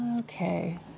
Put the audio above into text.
okay